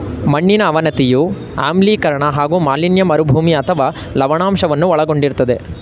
ಮಣ್ಣಿನ ಅವನತಿಯು ಆಮ್ಲೀಕರಣ ಹಾಗೂ ಮಾಲಿನ್ಯ ಮರುಭೂಮಿ ಅಥವಾ ಲವಣಾಂಶವನ್ನು ಒಳಗೊಂಡಿರ್ತದೆ